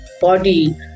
body